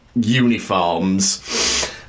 uniforms